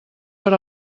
per